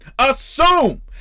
assume